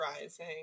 rising